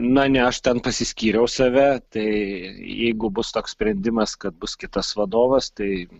na ne aš ten pasiskyriau save tai jeigu bus toks sprendimas kad bus kitas vadovas tai